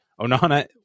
onana